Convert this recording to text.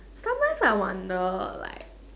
sometimes I wonder like